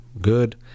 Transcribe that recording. good